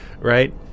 right